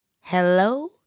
Hello